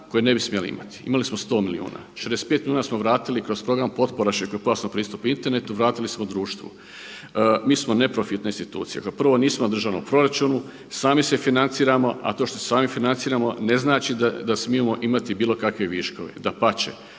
koje ne bismo smjeli imati. Imali smo 100 milijuna. 65 milijuna smo vratili kroz program potpora širokopojasnom pristupu internetu, vratili smo društvu. Mi smo neprofitna institucija. Kao prvo nismo na državnom proračunu, sami se financiramo, a to što se sami financiramo ne znači da smijemo imati bilo kakve viškove. Dapače,